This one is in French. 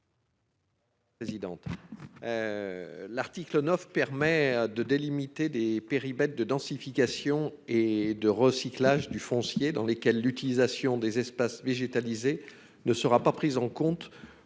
n° 209 rectifié. L'article 9 permet de délimiter des périmètres de densification et de recyclage du foncier dans lesquels l'utilisation des espaces végétalisés ne sera pas prise en compte